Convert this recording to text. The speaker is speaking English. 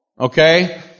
Okay